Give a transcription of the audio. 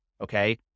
okay